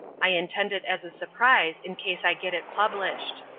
i intend it as a surprise in case i get it published.